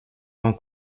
rend